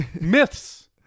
myths